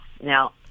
now